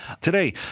Today